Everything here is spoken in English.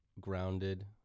grounded